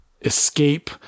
Escape